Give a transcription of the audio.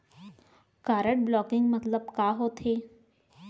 Card blocking मतलब का होथे?